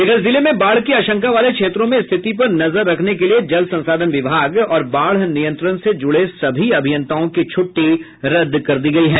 इधर जिले में बाढ़ की आशंका वाले क्षेत्रों में स्थिति पर नजर रखने के लिए जल संसाधन विभाग और बाढ़ नियंत्रण से जुड़े सभी अभियंताओं की छूटटी रदद कर दी गयी है